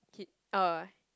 he uh